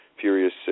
Furious